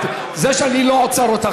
זה שאני לא עוצר אותך,